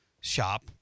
shop